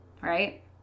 right